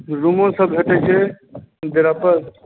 रूमो सब भेटैत छै पर